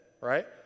right